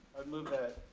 i move that